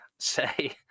Say